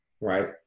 right